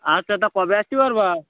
আচ্ছা তা কবে আসতে পারবা